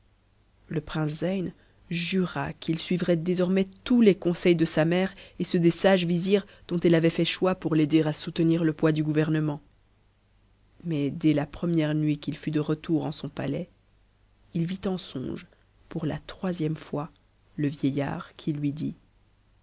le prince zeyn jura qu'il suivrait désormais tous les conseils de sa mère et ceux des sages vizirs dont elle avait fait choix pour t'aider a soutenir le poids du gouvernement mais dès la première nuit qu'il fut de retour en son palais il vit en songe pour la troisième fois le vieillard qui lui dit